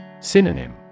Synonym